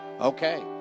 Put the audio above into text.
Okay